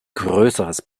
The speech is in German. größeres